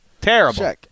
Terrible